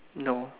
no